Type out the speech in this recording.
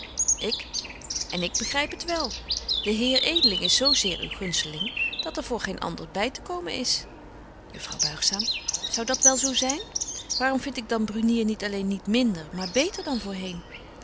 ik en ik begryp het wel de heer edeling is zo zeer uw gunsteling dat er voor geen ander bytekomen is juffrouw buigzaam zou dat wel zo zyn waarom vind ik dan brunier niet alleen niet minder maar beter dan voorheen